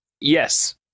Yes